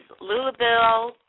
Louisville